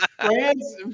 France